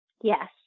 Yes